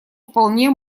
вполне